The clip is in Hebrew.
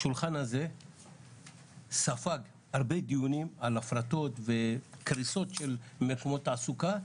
השולחן הזה ספג הרבה דיונים על הפרטות וקריסות של מקומות תעסוקה,